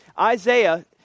Isaiah